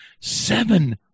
Seven